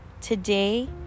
today